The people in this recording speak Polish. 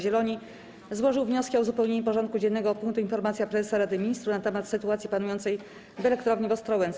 Zieloni złożył wnioski o uzupełnienie porządku dziennego o punkt: Informacja Prezesa Rady Ministrów na temat sytuacji panującej w elektrowni w Ostrołęce.